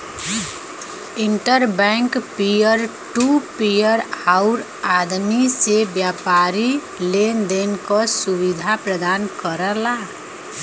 inter bank peer to peer आउर आदमी से व्यापारी लेन देन क सुविधा प्रदान करला